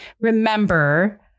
remember